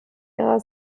ihrer